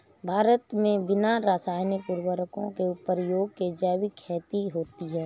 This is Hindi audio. भारत मे बिना रासायनिक उर्वरको के प्रयोग के जैविक खेती होती है